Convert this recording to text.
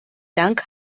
dank